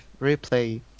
replay